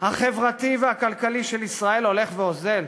החברתי והכלכלי של מדינת ישראל הולך ואוזל?